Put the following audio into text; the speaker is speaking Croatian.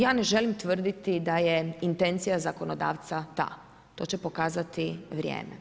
Ja ne želim tvrditi da je intencija zakonodavstva ta, to će pokazati vrijeme.